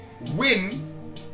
win